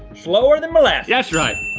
slower than molasses. that's right.